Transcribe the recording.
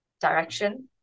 direction